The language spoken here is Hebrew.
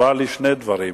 ושנינו